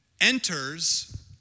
enters